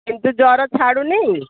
କିନ୍ତୁ ଜ୍ୱର ଛାଡ଼ୁନି